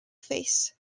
face